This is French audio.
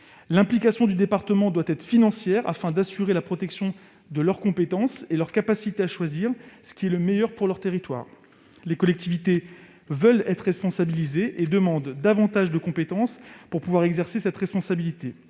L'implication du département doit être financière afin d'assurer la protection de ses compétences et de sa capacité à choisir ce qui est le mieux pour son territoire. Les collectivités territoriales veulent être responsabilisées et demandent davantage de compétences pour pouvoir exercer cette responsabilité.